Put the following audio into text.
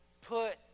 Put